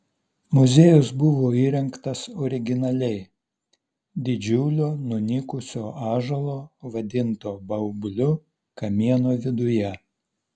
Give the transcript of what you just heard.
muziejus buvo įrengtas originaliai didžiulio nunykusio ąžuolo vadinto baubliu kamieno viduje